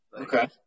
Okay